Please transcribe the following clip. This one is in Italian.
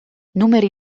numeri